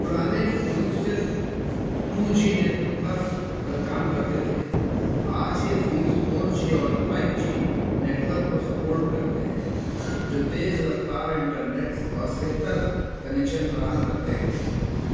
پرانے فون صرف two G network پر کام کرتے تھے آج کے فونس فور جی اور فائیو جی نیٹورک کو سپورٹ کرتے ہیں جو تیز رفتار انٹرنیٹ اور بہتر کنیکشن فراہم کرتے ہیں